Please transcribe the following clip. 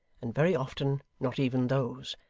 and very often not even those,